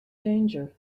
danger